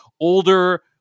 older